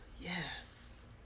Yes